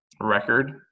record